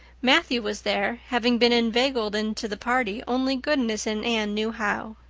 matthew was there, having been inveigled into the party only goodness and anne knew how.